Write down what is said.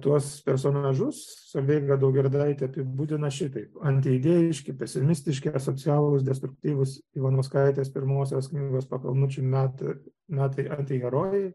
tuos personažus solveiga daugirdaitė apibūdina šitaip antiidėjiški pesimistiški asocialūs destruktyvūs ivanauskaitės pirmosios knygos pakalnučių metai metai antiherojai